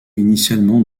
initialement